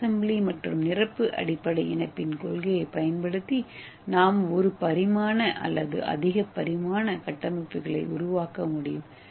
சுய அசெம்பிளி மற்றும் நிரப்பு அடிப்படை இணைப்பின் கொள்கையைப் பயன்படுத்தி நாம் ஒரு பரிமாண அல்லது அதிக பரிமாண கட்டமைப்புகளை உருவாக்க முடியும்